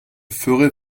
ferai